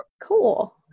cool